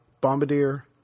bombardier